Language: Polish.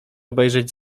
obejrzeć